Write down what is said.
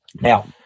Now